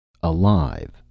Alive